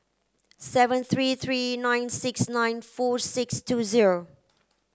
seven three three nine six nine four six two zero